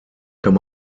kann